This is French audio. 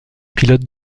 pilote